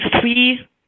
three